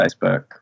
Facebook